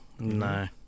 no